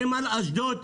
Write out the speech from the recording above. נמל אשדוד,